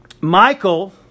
Michael